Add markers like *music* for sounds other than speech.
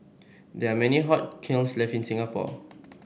there are many *unintelligible* kilns left in Singapore